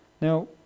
Now